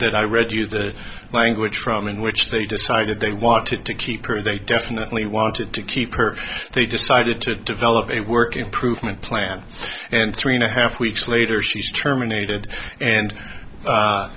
that i read you the language from in which they decided they wanted to keep her they definitely wanted to keep her they decided to develop a work improvement plan and three and a half weeks later she's terminated and